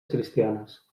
cristianes